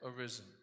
arisen